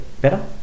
better